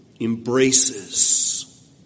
embraces